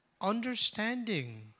understanding